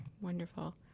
Wonderful